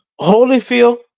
Holyfield